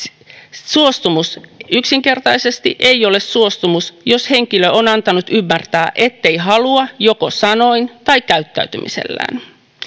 suostumus yksinkertaisesti ei ole suostumus jos henkilö on antanut ymmärtää ettei halua joko sanoin tai käyttäytymisellään